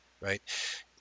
right